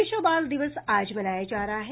विश्व बाल दिवस आज मनाया जा रहा है